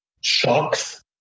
shocks